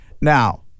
Now